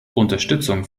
unterstützung